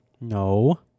No